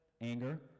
anger